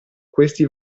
questi